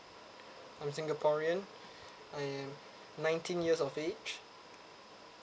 I'm singaporean I am nineteen years of age